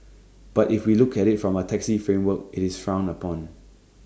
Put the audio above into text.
but if we look at IT from A taxi framework IT is frowned upon